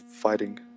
fighting